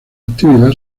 actividad